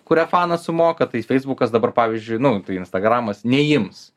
kurią fanas sumoka tai feisbukas dabar pavyzdžiui nu instagramas neims